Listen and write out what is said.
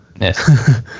yes